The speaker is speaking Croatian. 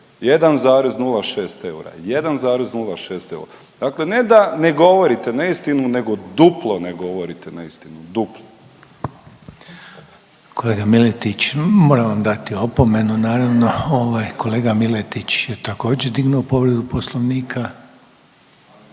1,06 eura, 1,06 eura. Dakle, ne da ne govorite neistinu nego duplo ne govorite neistinu, duplo. **Reiner, Željko (HDZ)** Kolega Miletić moram vam dati opomenu naravno ovaj, kolega Miletić je također dignuo povredu Poslovnika.